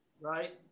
Right